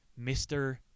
Mr